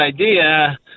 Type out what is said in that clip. idea